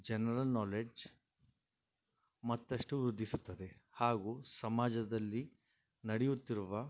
general knowledge ಮತ್ತಷ್ಟು ವೃದ್ಧಿಸುತ್ತದೆ ಹಾಗು ಸಮಾಜದಲ್ಲಿ ನಡೆಯುತ್ತಿರುವ